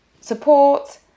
support